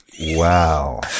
Wow